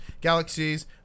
Galaxies